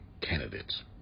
candidates